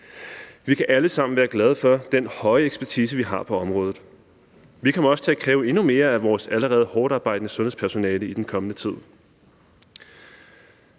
Vi kan alle sammen være glade for den høje ekspertise, vi har på området. Vi kommer også til at kræve endnu mere af vores allerede hårdtarbejdende sundhedspersonale i den kommende tid.